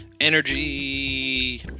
energy